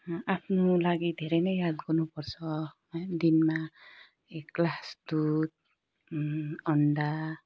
आफ्नो लागि धेरै नै याद गर्नुपर्छ है दिनमा एक ग्लास दुध अन्डा